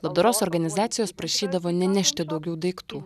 labdaros organizacijos prašydavo nenešti daugiau daiktų